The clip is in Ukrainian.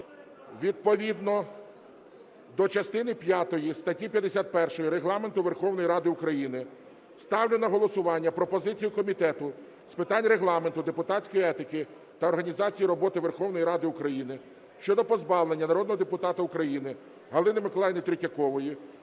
Відповідно до частини п'ятої статті 51 Регламенту Верховної Ради України ставлю на голосування пропозицію Комітету з питань Регламенту, депутатської етики та організації роботи Верховної Ради України щодо позбавлення народного депутата України Галини Миколаївни Третьякової